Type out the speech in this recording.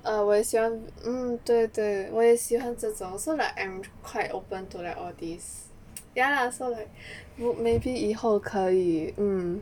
err 我也喜欢 mm 对对我也喜欢这种 so like I'm quite open to like all these ya lah so like maybe 以后可以 mm